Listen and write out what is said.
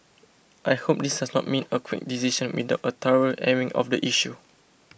I hope this does not mean a quick decision without a thorough airing of the issue